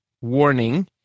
warning